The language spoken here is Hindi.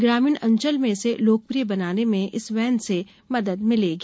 ग्रामीण अंचल में इसे लोकप्रिय बनाने में इस वेन से मदद मिलेगी